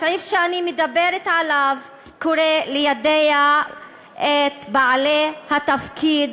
הסעיף שאני מדברת עליו קורא ליידע את בעלי התפקידים